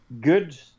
good